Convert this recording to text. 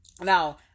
Now